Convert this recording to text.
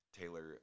Taylor